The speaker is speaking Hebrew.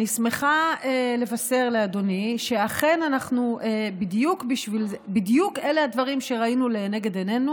אני שמחה לבשר לאדוני שאכן בדיוק אלה הדברים שראינו לנגד עינינו,